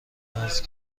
است